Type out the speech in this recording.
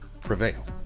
prevail